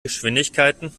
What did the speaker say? geschwindigkeiten